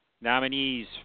Nominees